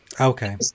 Okay